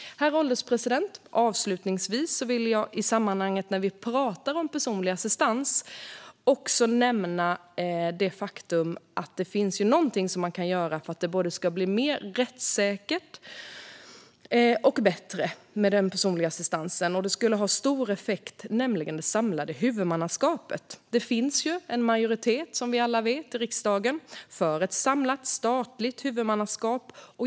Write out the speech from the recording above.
Herr ålderspresident! När vi pratar om personlig assistans vill jag nämna att det finns någonting som man kan göra för att den ska bli både mer rättssäker och bättre. Detta är något som skulle ha stor effekt. Jag talar om det samlade huvudmannaskapet. Det finns, som vi alla vet, en majoritet i riksdagen för ett samlat statligt huvudmannaskap.